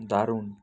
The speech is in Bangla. দারুণ